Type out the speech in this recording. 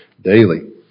daily